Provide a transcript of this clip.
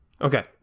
Okay